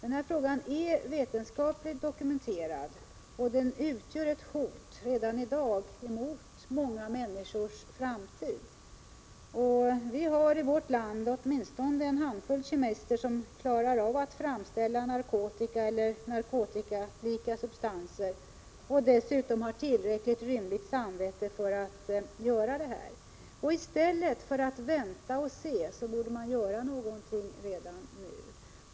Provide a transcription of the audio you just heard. Utvecklingen är vetenskapligt dokumenterad, och den utgör redan i dag ett hot mot många människors framtid. Vi har i vårt land åtminstone en handfull kemister som klarar av att framställa narkotika eller narkotikaliknande substanser och som dessutom har tillräckligt rymligt samvete för att göra detta. I stället för att vänta och se borde vi göra något redan nu.